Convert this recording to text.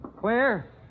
Claire